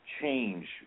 change